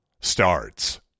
starts